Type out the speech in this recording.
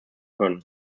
können